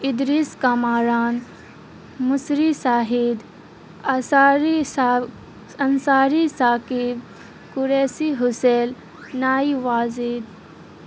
Idris Kamran Misri Shahid Asari Ansari Saqib Qureshi Hussain Nai Wajid